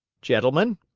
gentlemen,